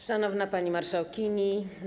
Szanowna Pani Marszałkini!